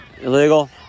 Illegal